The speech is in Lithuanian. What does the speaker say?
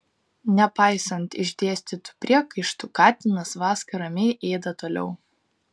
nepaisant išdėstytų priekaištų katinas vaska ramiai ėda toliau